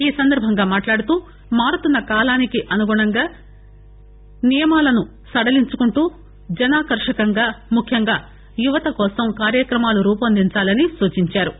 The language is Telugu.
ఈ సందర్బంగా మాట్లాడుతూ మారుతున్న కాలానికి అనుగుణంగా నియమాలను సడలీంచుకుంటూ జనాకర్షకంగా ముఖ్యంగా యువత కోసం కార్యక్రమాలను రూపొందించాలని సూచించారు